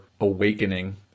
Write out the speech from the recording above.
awakening